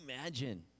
imagine